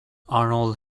arnold